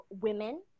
women